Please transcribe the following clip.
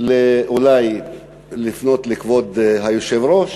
אולי לפנות לכבוד היושב-ראש